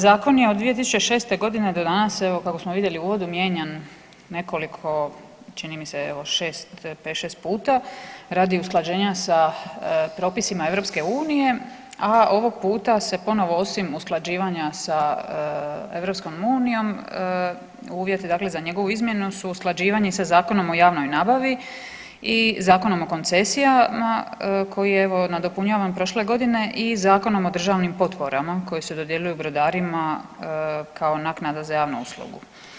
Zakon je od 2006.g. do danas evo kako smo vidjeli u uvodu mijenjan nekoliko čini mi se pet, šest puta radi usklađenja sa propisima EU, a ovog puta se ponovo osim usklađivanja sa EU uvjeti za njegovu izmjenu su usklađivanje sa Zakonom o javnoj nabavi i Zakonom o koncesijama koji je evo nadopunjavan prošle godine i Zakonom o državnim potporama koje se dodjeljuju brodarima kao naknada za javnu uslugu.